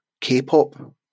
K-pop